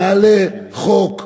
נעלה חוק.